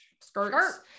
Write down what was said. skirts